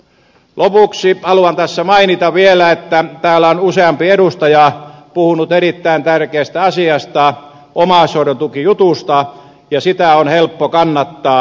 lopuksi haluan tässä mainita vielä että täällä on useampi edustaja puhunut erittäin tärkeästä asiasta omaishoidontukijutusta ja sitä on helppo kannattaa